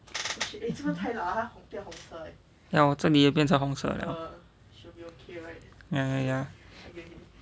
ya 我这里也变成红色了 ya ya ya